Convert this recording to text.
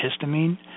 histamine